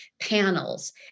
panels